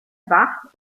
wach